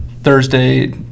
Thursday